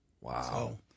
Wow